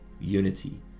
unity